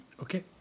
Okay